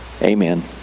Amen